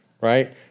right